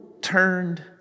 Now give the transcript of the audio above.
turned